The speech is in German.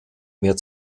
mehr